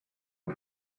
one